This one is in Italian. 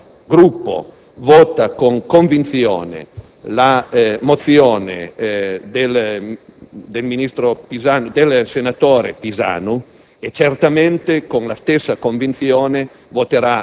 È con questo spirito che il nostro Gruppo voterà con convinzione la mozione del senatore Pisanu